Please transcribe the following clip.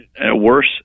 worse